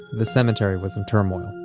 the cemetery was in turmoil.